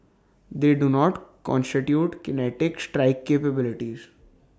they do not constitute kinetic strike capabilities